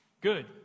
Good